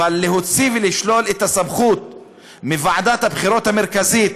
אבל להוציא ולשלול את הסמכות מוועדת הבחירות המרכזית,